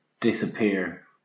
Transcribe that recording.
disappear